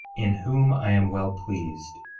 in whom i am well pleased,